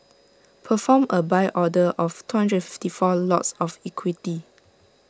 perform A buy order of two hundred and fifty four lots of equity